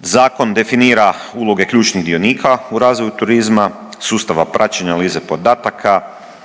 Zakon definira uloge ključnih dionika u razvoju turizma, sustava praćenja analize podataka,